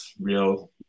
real